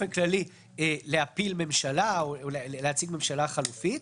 להפיל ממשלה או להציג ממשלה חלופית,